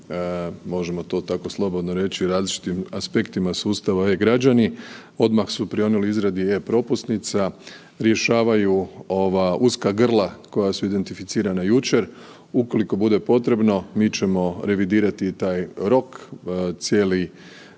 možemo to tako slobodno reći različitim aspektima sustava e-građani odmah su prionuli izradi e-propusnica, rješavaju ova uska grla koja su identificirana jučer. Ukoliko bude potrebno mi ćemo revidirati i taj rok, cijeli